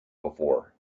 before